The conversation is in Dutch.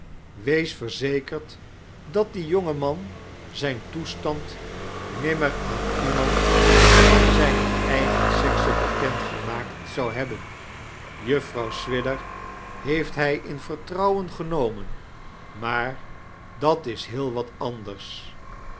wees verzekerd dat die jonge man aijn toestand nimmer aan iemand van aijne eigen sexe bekend gemaakt zou hebben juffrouw swidger heeft hij in vertrouwen gennmen maar dat is heel wat andera